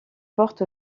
porte